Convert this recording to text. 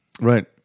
right